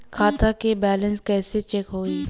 खता के बैलेंस कइसे चेक होई?